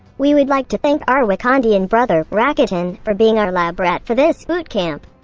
we would like to thank our wakandian brother, rackatan, for being our lab rat for this boot camp.